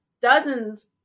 dozens